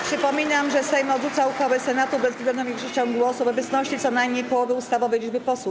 Przypominam, że Sejm odrzuca uchwałę Senatu bezwzględną większością głosów w obecności co najmniej połowy ustawowej liczby posłów.